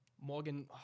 Morgan